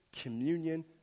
communion